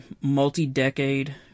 multi-decade